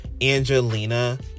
Angelina